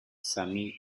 sami